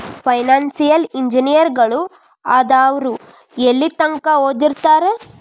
Financial ಇಂಜಿನಿಯರಗಳು ಆದವ್ರು ಯೆಲ್ಲಿತಂಕಾ ಓದಿರ್ತಾರ?